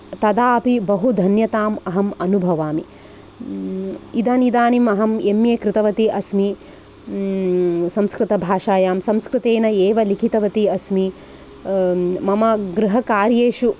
तदा अपि बहुधन्यताम् अहम् अनुभवामि इदम् इदानीम् अहम् एम् ए कृतवती अस्मि संस्कृतभाषायां संस्कृतेन एव लिखितवती अस्मि मम गृहकार्येषु